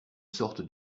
sorte